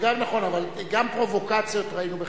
זה גם נכון, אבל גם פרובוקציות ראינו בחיינו,